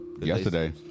yesterday